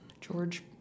George